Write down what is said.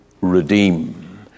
redeem